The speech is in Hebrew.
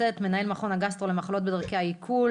מנהל מכון הגסטרו למחלות בדרכי העיכול